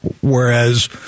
whereas